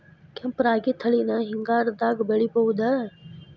ಕೆಂಪ ರಾಗಿ ತಳಿನ ಹಿಂಗಾರದಾಗ ಬೆಳಿಬಹುದ?